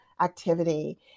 activity